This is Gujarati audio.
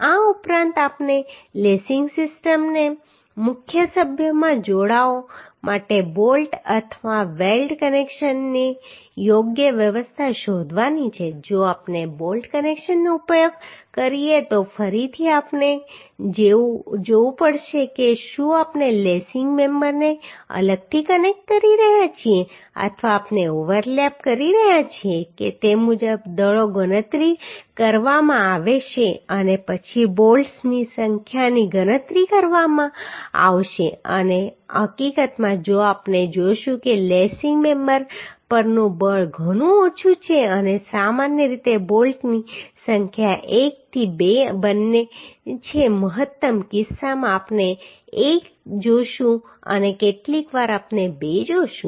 આ ઉપરાંત આપણે લેસિંગ સિસ્ટમને મુખ્ય સભ્યોમાં જોડવા માટે બોલ્ટ અથવા વેલ્ડ કનેક્શનની યોગ્ય વ્યવસ્થા શોધવાની છે જો આપણે બોલ્ટ કનેક્શનનો ઉપયોગ કરીએ તો ફરીથી આપણે જોવું પડશે કે શું આપણે લેસિંગ મેમ્બરને અલગથી કનેક્ટ કરી રહ્યા છીએ અથવા આપણે ઓવરલેપ કરી રહ્યા છીએ કે તે મુજબ દળો ગણતરી કરવામાં આવશે અને પછી બોલ્ટ્સની સંખ્યાની ગણતરી કરવામાં આવશે અને હકીકતમાં જો આપણે જોશું કે લેસિંગ મેમ્બર પરનું બળ ઘણું ઓછું છે અને સામાન્ય રીતે બોલ્ટની સંખ્યા 1 થી 2 બને છે મહત્તમ કિસ્સામાં આપણે 1 જોશું અને કેટલીકવાર આપણે 2 જોશું